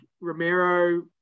romero